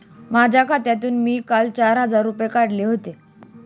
माझ्या खात्यातून काल मी चार हजार रुपये काढले होते